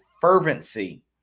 fervency